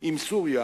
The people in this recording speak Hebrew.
עם סוריה